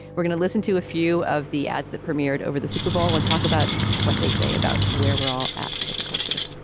we're gonna listen to a few of the ads that premiered over the super bowl and talk about what they say about where we're all at. as a culture,